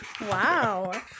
Wow